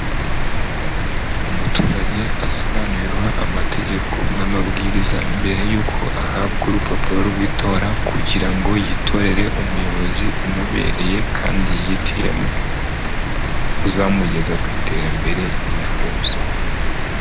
Umuturage asobanurirwa amategeko n'amabwiriza, mbere yuko ahabwa urupapuro rw'itora, kugira ngo yitorere umuyobozi umubereye kandi yihitiyemo. Uzamugeza ku iterambere yifuza.